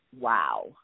Wow